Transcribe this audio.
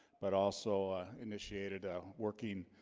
but also initiated a working